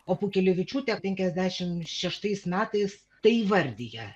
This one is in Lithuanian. o pūkelevičiūtė penkiasdešim šeštais metais tai įvardija